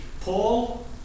Paul